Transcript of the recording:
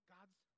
God's